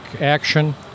action